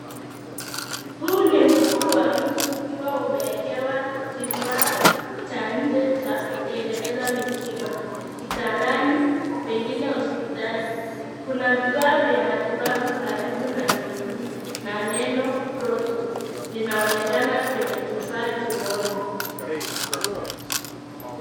Huu ni mguu wa mtu ukiwa umewekewa kifaa chenye chanja kwa ajili ya kutengeneza mifupa. Yuko kitandani, pengine hospitalini. Kuna vifaa vya matibabu karibu na mguu, na neno Proto linaonekana kwenye kifaa kimoja.